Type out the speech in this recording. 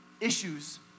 issues